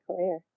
career